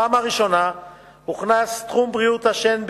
בפעם הראשונה הוכנס תחום בריאות השן,